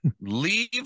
Leave